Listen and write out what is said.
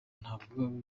ntabwo